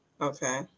Okay